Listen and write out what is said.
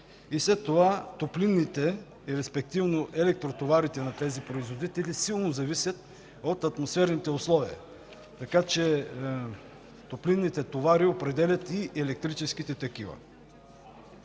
След това топлинните, респективно електротоварите на тези производители, силно зависят от атмосферните условия. Така че топлинните товари определят и електрическите.